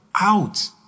out